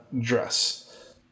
dress